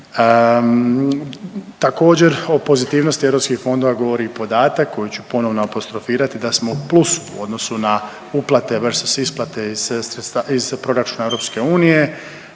Također, o pozitivnosti EU fondova govori i podatak koji ću ponovno apostrofirati da smo u plusu u odnosu na uplate vs. isplate iz .../nerazumljivo/...